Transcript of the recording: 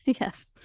Yes